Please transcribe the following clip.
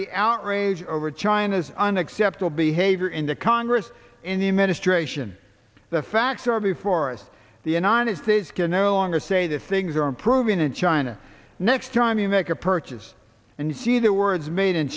the outrage over china's unacceptable behavior in the congress in the ministration the facts are before us the united states can no longer say that things are improving in china next time you make a purchase and you see the words made in